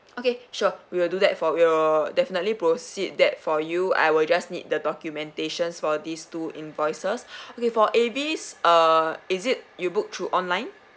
okay sure we will do that for your definitely proceed that for you I will just need the documentations for these two invoices okay for Avis err is it you book through online